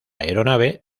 aeronave